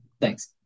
thanks